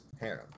harem